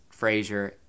Frasier